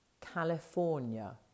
California